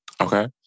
Okay